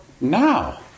now